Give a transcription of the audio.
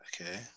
Okay